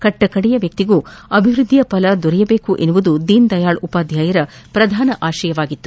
ಕಟ್ಟಕಡೆಯ ವ್ಯಕ್ತಿಗೂ ಅಭಿವ್ಯದ್ದಿಯ ಫಲ ದೊರೆಯಬೇಕು ಎಂಬುದು ದೀನ್ದಯಾಳ್ ಉಪಾಧ್ಯಾಯರ ಪ್ರಧಾನ ಆಶಯವಾಗಿತ್ತು